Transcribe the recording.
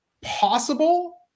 possible